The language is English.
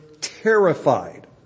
terrified